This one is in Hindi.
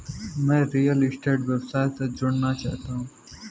मैं रियल स्टेट व्यवसाय से जुड़ना चाहता हूँ